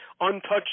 untouched